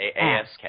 Ask